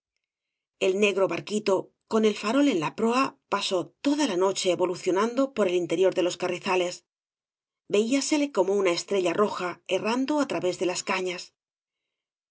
el negro barquito con el farol en la proa pasó toda la noche evolucionando por el interior de loa carrizales veíasele como una estrella roja errando á través de las cañas